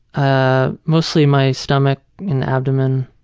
ah mostly my stomach and abdomen.